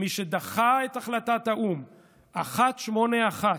מי שדחה את החלטת האו"ם 181